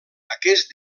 aquest